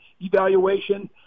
evaluation –